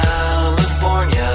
California